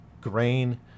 grain